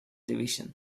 division